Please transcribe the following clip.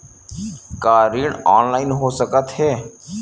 का ऋण ऑनलाइन हो सकत हे?